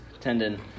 tendon